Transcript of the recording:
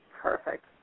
Perfect